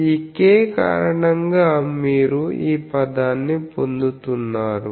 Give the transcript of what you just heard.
ఈ k కారణంగా మీరు ఈ పదాన్ని పొందుతున్నారు